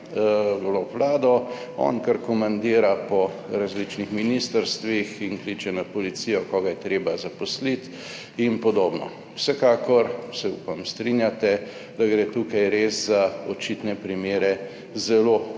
vlado, on kar komandira po različnih ministrstvih in kliče na policijo, ko ga je treba zaposliti in podobno. Vsekakor se upam, strinjate, da gre tukaj res za očitne primere zelo